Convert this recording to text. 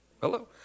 Hello